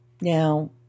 Now